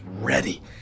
ready